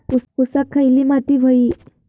ऊसाक खयली माती व्हयी?